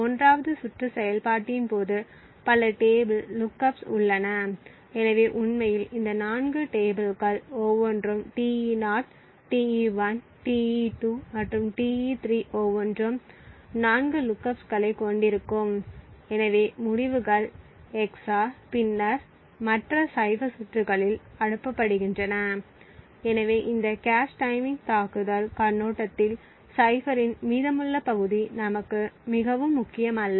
1 வது சுற்று செயல்பாட்டின் போது பல டேபிள் லுக்கப்ஸ் உள்ளன எனவே உண்மையில் இந்த 4 டேபிள்கள் ஒவ்வொன்றும் Te0 Te1 Te2 மற்றும் Te3 ஒவ்வொன்றும் 4 லுக்கப்ஸ்களைக் கொண்டிருக்கும் எனவே முடிவுகள் XOR பின்னர் மற்ற சைஃபர் சுற்றுகளில் அனுப்பப்படுகின்றன எனவே இந்த கேச் டைமிங் தாக்குதல்கண்ணோட்டத்தில் சைஃப்பரின் மீதமுள்ள பகுதி நமக்கு மிகவும் முக்கியமல்ல